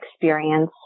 experience